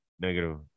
Negative